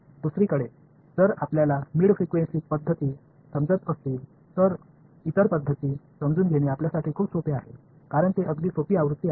दुसरीकडे जर आपल्याला मिड फ्रिक्वेन्सी पद्धती समजत असतील तर इतर पद्धती समजून घेणे आपल्यासाठी खूप सोपे आहे कारण ते अगदी सोपी आवृत्ती आहेत